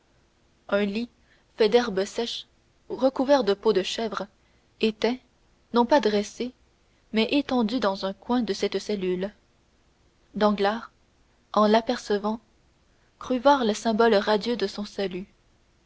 un lit fait d'herbes sèches recouvert de peaux de chèvre était non pas dressé mais étendu dans un coin de cette cellule danglars en l'apercevant crut voir le symbole radieux de son salut